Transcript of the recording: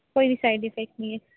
कोई भी side effect नहीं है